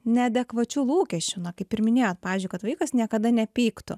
neadekvačių lūkesčių na kaip ir minėjot pavyzdžiui kad vaikas niekada nepyktų